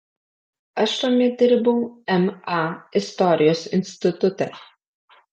aš tuomet dirbau ma istorijos institute